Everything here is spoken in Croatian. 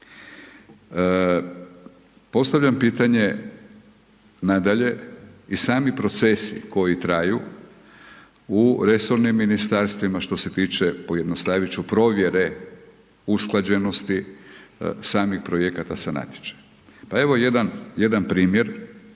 Postavljam pitanje nadalje, i sami procesi koji traju u resornim Ministarstvima što se tiče, pojednostavit ću provjere usklađenosti samih projekata sa natječajem. Pa evo jedan, jedan